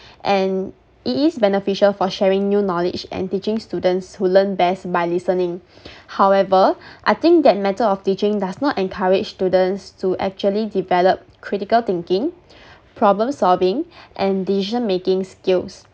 and it is beneficial for sharing new knowledge and teaching students who learn best by listening however I think that method of teaching does not encourage students to actually develop critical thinking problem solving and decision making skills